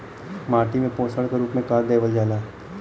माटी में पोषण के रूप में का देवल जाला?